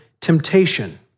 temptation